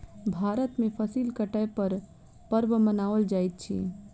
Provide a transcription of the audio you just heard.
भारत में फसिल कटै पर पर्व मनाओल जाइत अछि